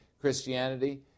Christianity